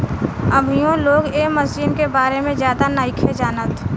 अभीयो लोग ए मशीन के बारे में ज्यादे नाइखे जानत